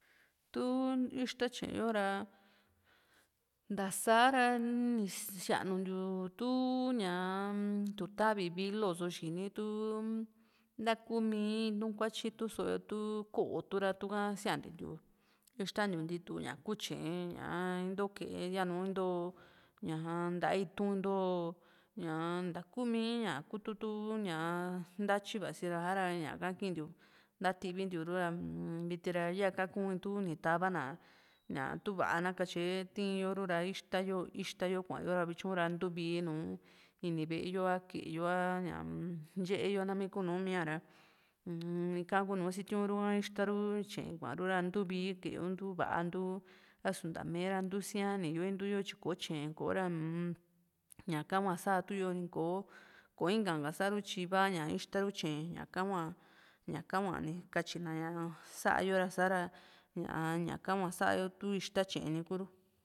tu íxta tyue´e yo ra ntása ra ni síanuntiu tuu ñaa tutavi vílo só xini tuu ntakúu mi itu´n kuatyi itu´n só tu ko´ó tu ra tuka siantentiu íxtantiu ntitu ña kú tye´e ñaa into kee yanu ntó ñaa nyta´a itu´n ntó ñaa ntakuumi ña kututu ñaa ntatyi vasi ra sa´ra ñaka kintíu ntativi ntiuru ra viti ra yaa ka´kun iin tu ta´va ná ña túva´a ná katye tii yo rura íxta yo íxta yo kua´yo ra vityu ra ntuu vii nùù ini ve´e yo a ke´e yo a ñaa-m ye´e yo nami kunumía ra ika kunu sitiu´n ru´ka íxta ru tye´e kua´ru ra ntú vii ke´e yo ntu va´a ntu a´su nta mee ra ntusía´ni yo intuyo tyo kò´o tye´e kora ñaka hua sá tu´yo ni ko ko inka ha ña sa´ru tyi iva ña íxtaru tye´e ñaka hua ñaka hua nikatyina ña sa´yo ra sa´ra ñaka hua sáa tu íxta tye´e ni ku´ru